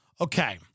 Okay